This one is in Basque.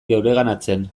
geureganatzen